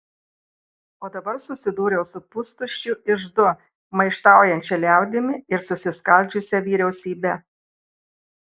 o dabar susidūriau su pustuščiu iždu maištaujančia liaudimi ir susiskaldžiusia vyriausybe